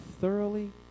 thoroughly